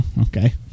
okay